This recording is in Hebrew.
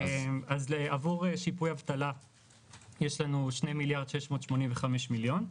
עבור שיפוי אבטלה יש לנו 2 מיליארד ו-685 מיליון.